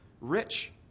rich